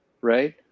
right